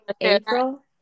April